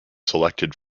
selected